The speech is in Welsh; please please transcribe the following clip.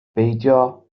beidio